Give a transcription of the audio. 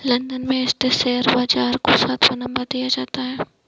London में स्थित share बाजार को सातवां नम्बर दिया जाता है